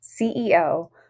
CEO